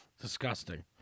Disgusting